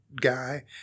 guy